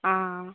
आं